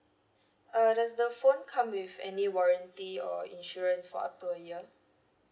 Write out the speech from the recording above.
uh does the phone come with any warranty or insurance for up to a year